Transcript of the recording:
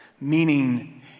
meaning